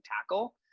tackle